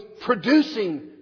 producing